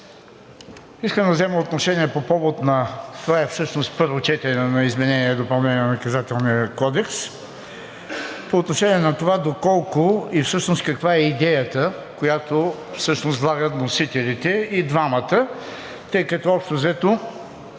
Искам да взема отношение по повод – това е всъщност първо четене на изменение и допълнение на Наказателния кодекс, по отношение на това доколко и каква е идеята, която всъщност влагат вносителите, и двамата, тъй като, общо взето,